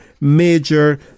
major